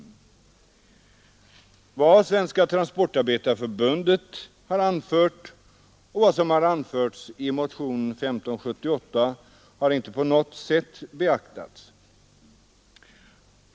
Vad Svenska transportarbetareförbundet har anfört och vad som anförts i motionen 1578 har inte på något sätt beaktats.